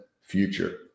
future